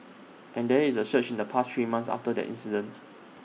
and there is A surge in the past three months after that incident